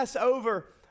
over